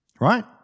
right